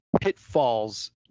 pitfalls